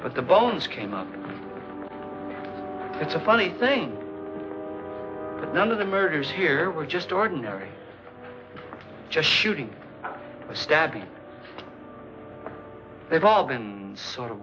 but the bones came up it's a funny thing none of the murders here were just ordinary just shooting a stabbing they've all been sort of